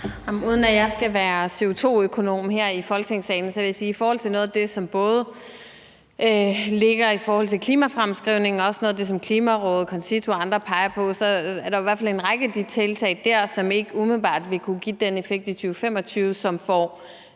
Uden at jeg skal være CO2-økonom her i Folketingssalen, vil jeg sige, at der i hvert fald både er en række af de tiltag, som ligger i forhold til klimafremskrivningen, og også noget af det, som Klimarådet, CONCITO og andre peger på, som ikke umiddelbart vil kunne give den effekt i 2025, som får